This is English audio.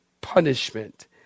punishment